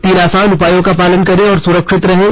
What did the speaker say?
तीन आसान उपायों का पालन करें और सुरक्षित रहें